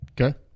Okay